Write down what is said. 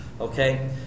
Okay